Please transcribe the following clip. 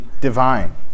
divine